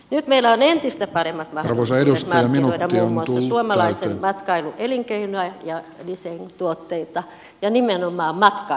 nyt meillä on entistä paremmat mahdollisuudet markkinoida muun muassa suomalaisen matkailun elinkeinoa ja designtuotteita ja panostaa nimenomaan matkailuun